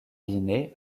guinée